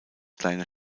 kleine